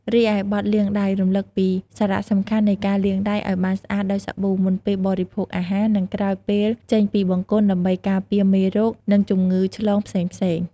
រីឯបទ "លាងដៃ" រំលឹកពីសារៈសំខាន់នៃការលាងដៃឲ្យបានស្អាតដោយសាប៊ូ មុនពេលបរិភោគអាហារ និងក្រោយពេលចេញពីបង្គន់ ដើម្បីការពារមេរោគ និងជំងឺឆ្លងផ្សេងៗ។